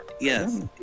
Yes